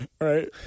Right